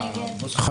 מי נמנע?